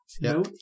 No